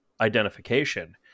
Identification